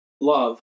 love